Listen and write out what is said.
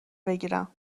بگیرم